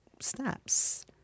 steps